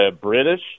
British